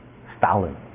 Stalin